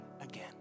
again